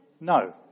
No